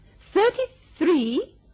Thirty-three